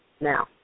Now